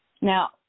Now